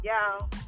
y'all